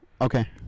Okay